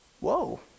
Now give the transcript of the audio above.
whoa